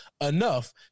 enough